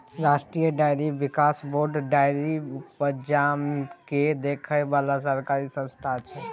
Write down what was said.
राष्ट्रीय डेयरी बिकास board dairy उपजा केँ देखै बला सरकारी संस्था छै